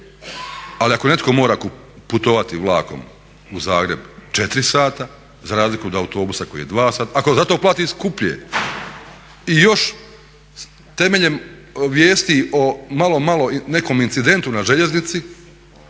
ali ako netko mora putovati vlakom u Zagreb 4 sata za razliku od autobusa koji je 2 sata, ako za to plati skuplje i još temeljem vijesti o malo, malo nekom incidentu na željeznici